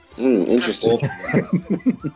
Interesting